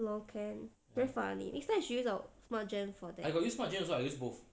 lol can very funny instead she use our Smartgen for that